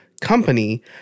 company